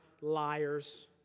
liars